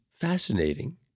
fascinating